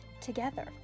together